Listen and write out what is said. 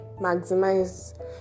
maximize